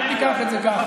אל תיקח את זה ככה.